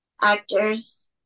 actors